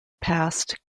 passed